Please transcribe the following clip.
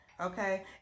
okay